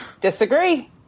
Disagree